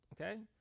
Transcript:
Okay